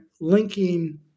linking